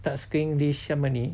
tak suka english semua ni